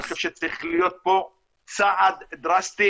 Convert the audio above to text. אני חושב שצריך להיות פה צעד דרסטי,